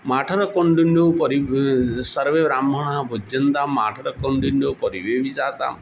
माठनकौण्डिन्योपरि बहु सर्वे ब्राह्मणाः भोज्यन्तम् माठनकौण्डिन्योपरि विजातानाम्